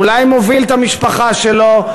אולי מוביל את המשפחה שלו,